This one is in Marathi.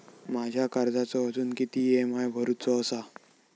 माझ्या कर्जाचो अजून किती ई.एम.आय भरूचो असा?